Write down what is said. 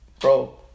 Bro